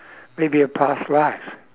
maybe a past life